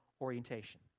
orientation